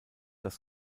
das